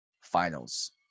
Finals